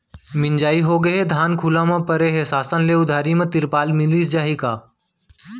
मिंजाई होगे हे, धान खुला म परे हे, शासन ले उधारी म तिरपाल मिलिस जाही का?